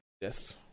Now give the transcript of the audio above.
Yes